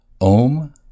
Om